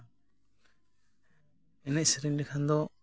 ᱮᱱᱮᱡ ᱥᱮᱨᱮᱧ ᱞᱮᱠᱷᱟᱱ ᱫᱚ